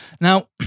now